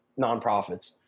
nonprofits –